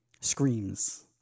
screams